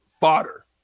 fodder